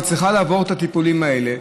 צריכה לעבור את הטיפולים האלה,